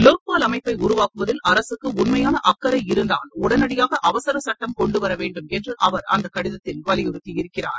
லோ்பால் அமைப்பை உருவாக்குவதில் அரசுக்கு உண்மையான அக்கறை இருந்தால் உடனடியாக அவசரச் சட்டம் கொண்டு வர வேண்டுமென்று அவர் அந்தக் கடிதத்தில் வலியுறுத்தியிருக்கிறார்